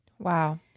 Wow